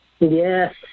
Yes